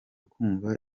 kumva